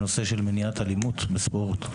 ארגון שחקני הספורט לא רלוונטי לנושא מניעת אלימות בספורט.